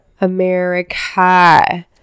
America